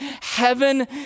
heaven